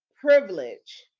privilege